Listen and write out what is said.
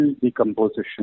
decomposition